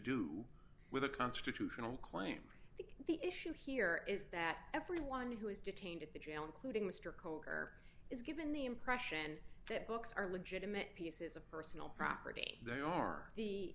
do with a constitutional claim the the issue here is that everyone who is detained at the jail including mr kolker is given the impression that books are legitimate pieces of personal property they are the